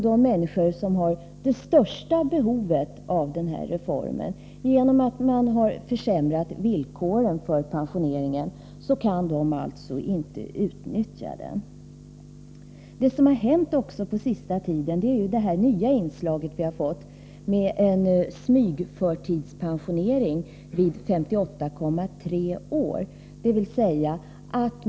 De som har det största behovet av den här reformen kan alltså inte utnyttja den, på grund av att villkoren har försämrats. På senaste tiden har också det hänt att vi fått en smygförtidspensionering vid 58,3 år.